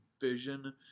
vision